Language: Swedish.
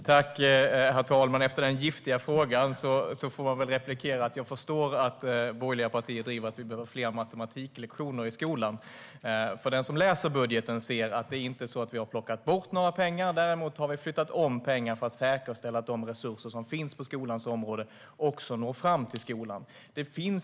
Herr talman! Efter denna giftiga fråga får jag väl replikera att jag förstår att borgerliga partier driver att vi behöver fler matematiklektioner i skolan. Den som läser budgeten ser att vi inte har plockat bort några pengar men att vi däremot har flyttat om pengar för att säkerställa att de resurser som finns på skolans område också når fram till skolan.